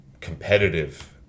competitive